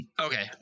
Okay